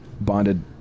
bonded